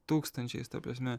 tūkstančiais ta prasme